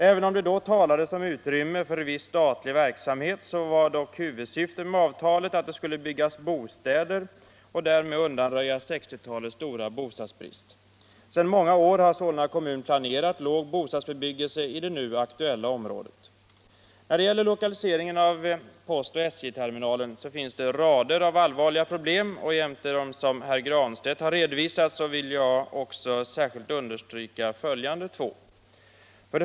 Även om det då talades om utrymme för viss statlig verksamhet så var dock huvudsyftet med avtalet att det skulle byggas bostäder och att man därmed skulle undanröja 1960-talets stora bostadsbrist. Sedan många år har Solna kommun planerat låg bostadsbebyggelse i det nu aktuella området. När det gäller lokaliseringen av postoch SJ-terminalen finns det rader av allvarliga problem, och jämte dem som herr Granstedt har redovisat vill jag särskilt understryka följande.